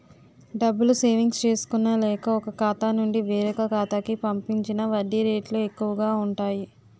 డబ్బులు సేవింగ్స్ చేసుకున్న లేక, ఒక ఖాతా నుండి వేరొక ఖాతా కి పంపించిన వడ్డీ రేట్లు ఎక్కువు గా ఉంటాయి